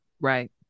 Right